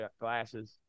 glasses